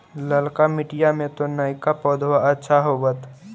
ललका मिटीया मे तो नयका पौधबा अच्छा होबत?